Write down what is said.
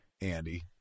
Andy